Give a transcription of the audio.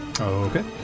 Okay